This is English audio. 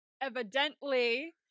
evidently